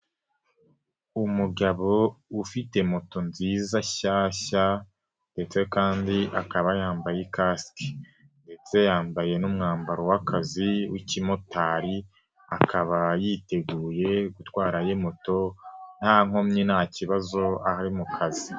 Umugabo ufite moto nziza nshyashya ndetse kandi akaba yambaye ikasike ndetse yambaye n'umwambaro w'akazi w'ikimotari akaba yiteguye gutwara moto nta nkomyi nta kibazo aho ari mu kazi.